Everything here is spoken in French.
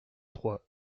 trois